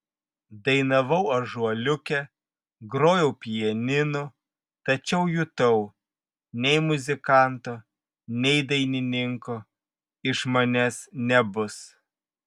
dainavau ąžuoliuke grojau pianinu tačiau jutau nei muzikanto nei dainininko iš manęs nebus